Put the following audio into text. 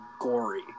gory